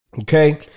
Okay